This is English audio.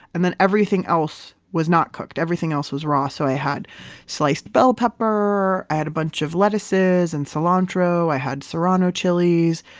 and then everything else was not cooked. everything else was raw. so i had sliced bell pepper. i had a bunch of lettuces and cilantro. i had serrano chilies.